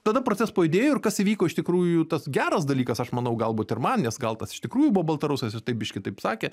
tada procesas pajudėjo ir kas įvyko iš tikrųjų tas geras dalykas aš manau galbūt ir man nes gal tas iš tikrųjų buvo baltarusas taip biškį taip sakė